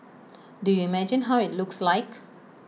do you imagine how IT looks like